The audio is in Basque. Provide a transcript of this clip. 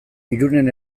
irunen